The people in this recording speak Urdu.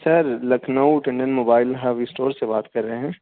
سر Lucknow Tandon mobile hub store سے بات کر رہے ہیں